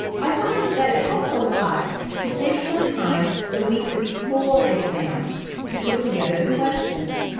i find that it helps a lot to take some time the week before exams to put together the questions.